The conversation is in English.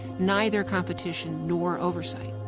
neither competition nor oversight